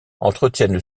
entretiennent